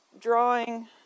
drawing